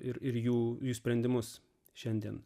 ir jų jų sprendimus šiandien